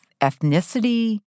ethnicity